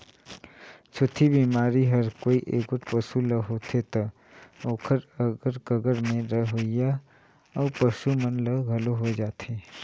छूतही बेमारी हर कोई एगोट पसू ल होथे त ओखर अगर कगर में रहोइया अउ पसू मन ल घलो होय जाथे